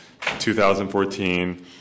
2014